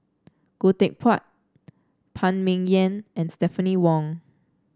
Khoo Teck Puat Phan Ming Yen and Stephanie Wong